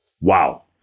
wow